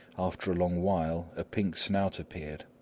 after a long while a pink snout appeared,